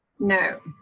no.